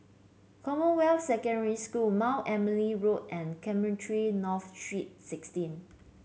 Commonwealth Secondary School Mount Emily Road and Cemetry North Street Sixteen